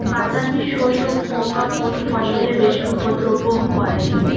বাদামি শোষক পোকা কোন ফসলে বেশি উপদ্রব করে?